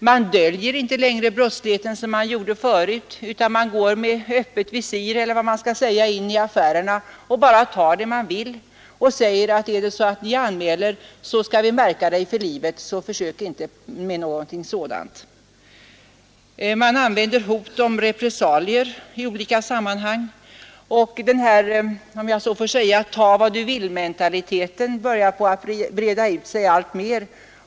Man döljer inte längre brottsligheten som man gjorde förut, utan man går så att säga med öppet visir in i affärerna och bara tar det man vill ha och säger: Anmäler Du så skall vi märka Dig för livet, så försök inte med det! Man använder alltså hot om repressalier i olika sammanhang. Och den här ta-vad-du-vill-mentaliteten börjar breda ut sig alltmer.